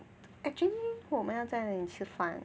actually 我们要哪里吃饭